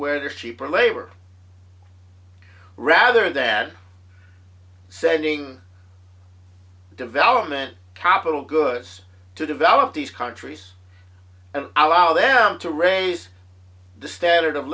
where they're cheaper labor rather than sending development capital goods to develop these countries and our them to raise the standard of